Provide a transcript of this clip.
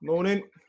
Morning